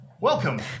Welcome